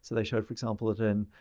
so they showed, for example, that and